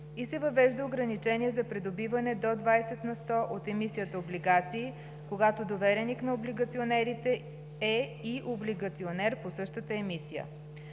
и се въвежда ограничение за придобиване до 20 на сто от емисията облигации, когато довереник на облигационерите е и облигационер по същата емисия.